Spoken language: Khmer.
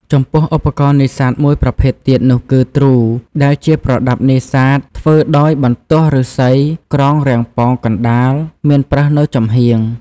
ចំពោះឧបករណ៍នេសាទមួយប្រភេទទៀតនោះគឺ ទ្រូ ដែលជាប្រដាប់នេសាទ ធ្វើដោយបន្ទោះឫស្សីក្រងរាងប៉ោងកណ្ដាល មានប្រឹសនៅចំហៀង។